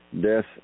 Death